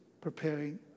preparing